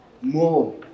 more